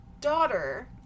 daughter